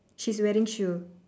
she's wearing shoe